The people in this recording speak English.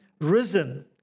risen